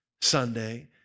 Sunday